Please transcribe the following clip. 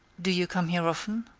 do you come here often?